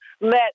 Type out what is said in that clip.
let